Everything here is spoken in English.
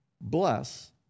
Bless